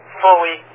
fully